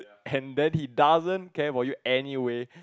and then he doesn't care for you anyway